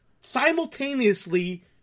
simultaneously